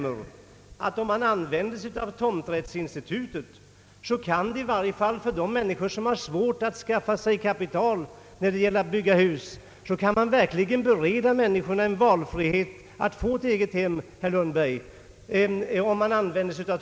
Ett begagnande av tomträttsinstitutet ger i varje fall de människor som har svårt att skaffa kapital möjligheter att bygga hus, och det är verkligen att bereda ordentlig valfrihet när det gäller att bygga eget hem.